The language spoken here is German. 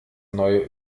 neue